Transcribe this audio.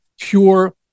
pure